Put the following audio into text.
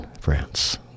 France